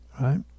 right